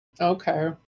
Okay